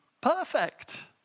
perfect